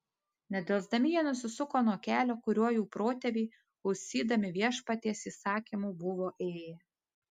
nedelsdami jie nusisuko nuo kelio kuriuo jų protėviai klausydami viešpaties įsakymų buvo ėję